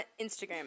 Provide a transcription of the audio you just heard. Instagram